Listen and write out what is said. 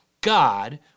God